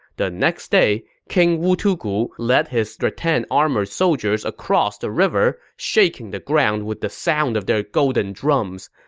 the next day, king wu tugu led his rattan-armored soldiers across the river, shaking the ground with the sound of their golden drums.